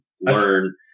learn